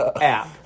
app